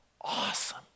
awesome